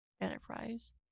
enterprise